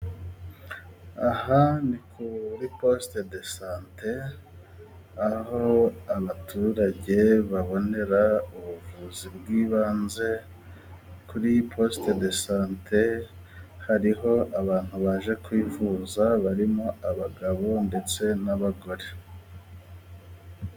Aha ni kuri posite dosante aho abaturage babonera ubuvuzi bw'ibanze kuri posite dosante hariho abantu baje kwivuza barimo abagabo ndetse n'abagore.